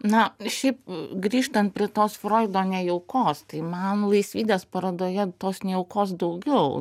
na šiaip grįžtant prie tos froido nejaukos tai man laisvydės parodoje tos neaukos daugiau